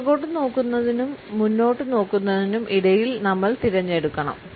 പുറകോട്ട് നോക്കുന്നതിനും മുന്നോട്ട് നോക്കുന്നതിനും ഇടയിൽ നമ്മൾ തിരഞ്ഞെടുക്കണം